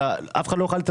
אלא שאף אחד לא יוכל להתעסק,